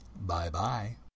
Bye-bye